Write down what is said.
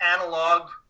analog